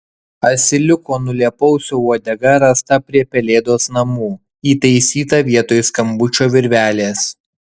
asiliuko nulėpausio uodega rasta prie pelėdos namų įtaisyta vietoj skambučio virvelės